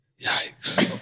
Yikes